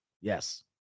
Yes